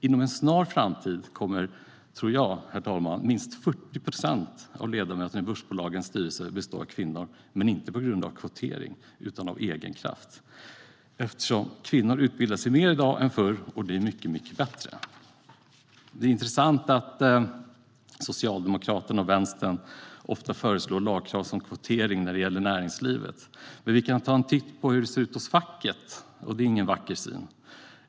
Jag tror, herr talman, att inom en snar framtid kommer minst 40 procent av ledamöterna i börsbolagens styrelse att bestå av kvinnor - men inte på grund av kvotering utan av egen kraft. Kvinnor utbildar sig mer i dag än förr, och det är mycket bättre. Det är intressant att Socialdemokraterna och Vänstern ofta föreslår lagkrav på till exempel kvotering när det gäller näringslivet. Men låt oss ta en titt på hur det ser ut hos facket. Det är ingen vacker syn.